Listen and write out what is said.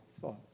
thought